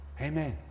Amen